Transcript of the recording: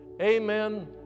Amen